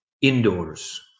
indoors